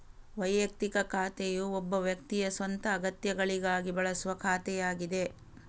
ವೈಯಕ್ತಿಕ ಖಾತೆಯು ಒಬ್ಬ ವ್ಯಕ್ತಿಯ ಸ್ವಂತ ಅಗತ್ಯಗಳಿಗಾಗಿ ಬಳಸುವ ಖಾತೆಯಾಗಿದೆ